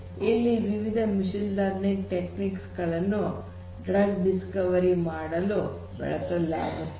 ಇಲ್ಲಿ ವಿವಿಧ machine learning techniques ಗಳನ್ನು ಡ್ರಗ್ ಡಿಸ್ಕವರಿ ಗೆ ಬಳಸಲಾಗಿದೆ